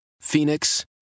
Phoenix